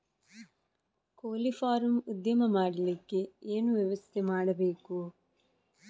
ಕೋಳಿ ಫಾರಂ ಉದ್ಯಮ ಮಾಡಲಿಕ್ಕೆ ಏನು ವ್ಯವಸ್ಥೆ ಮಾಡಬೇಕು?